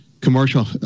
Commercial